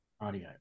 Audio